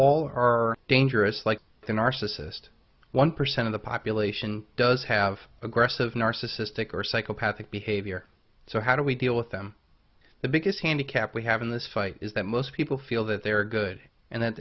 all are dangerous like the narcissist one percent of the population does have aggressive narcissistic or psychopathic behavior so how do we deal with them the biggest handicap we have in this fight is that most people feel that they are good and then